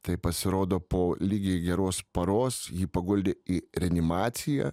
tai pasirodo po lygiai geros paros jį paguldė į reanimaciją